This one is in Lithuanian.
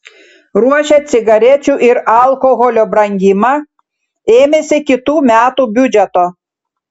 ruošia cigarečių ir alkoholio brangimą ėmėsi kitų metų biudžeto